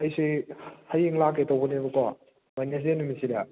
ꯑꯩꯁꯤ ꯍꯌꯦꯡ ꯂꯥꯛꯀꯦ ꯇꯧꯕꯅꯤꯕꯀꯣ ꯋꯦꯗꯅꯦꯁꯗꯦ ꯅꯨꯃꯤꯠꯁꯤꯗ